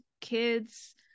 kids